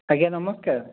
ଆଜ୍ଞା ନମସ୍କାର